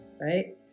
right